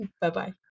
Bye-bye